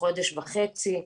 לחודש וחצי.